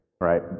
right